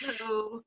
Hello